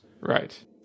Right